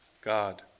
God